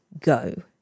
go